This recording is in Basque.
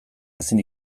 ezin